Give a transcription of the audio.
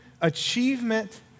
achievement